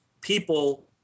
people